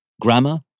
grammar